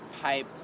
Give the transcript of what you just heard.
pipe